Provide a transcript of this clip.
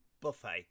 buffet